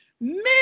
men